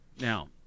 Now